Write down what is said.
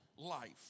Life